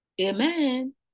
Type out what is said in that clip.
Amen